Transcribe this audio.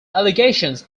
allegations